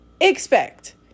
expect